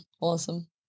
Awesome